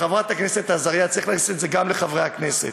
חברת הכנסת עזריה צריך להכניס את זה גם לחברי הכנסת,